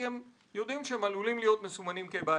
הם יודעים שהם עלולים להיות מסומנים כבעייתיים.